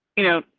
you know,